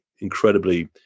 incredibly